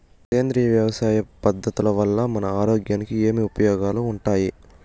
సేంద్రియ వ్యవసాయం పద్ధతుల వల్ల మన ఆరోగ్యానికి ఏమి ఉపయోగాలు వుండాయి?